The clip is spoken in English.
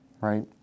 right